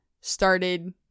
started